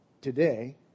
today